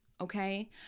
Okay